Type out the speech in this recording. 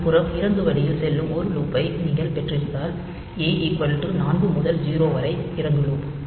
மறுபுறம் இறங்கு வழியில் செல்லும் ஒரு லூப்பை நீங்கள் பெற்றிருந்தால் A 4 முதல் 0 வரை இறங்கு லூப்